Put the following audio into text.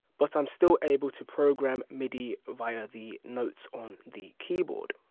but i'm still able to program midi via the notes on the keyboard.